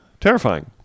Terrifying